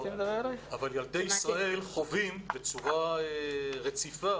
אבל ילדי ישראל חווים בצורה רציפה,